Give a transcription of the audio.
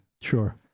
Sure